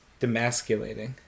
Demasculating